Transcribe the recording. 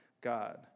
God